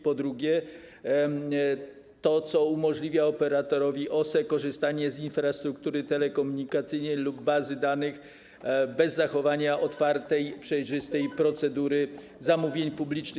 Po drugie, chodzi o to, co umożliwia operatorowi OSE korzystanie z infrastruktury telekomunikacyjnej lub bazy danych bez zachowania otwartej, przejrzystej procedury zamówień publicznych.